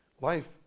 life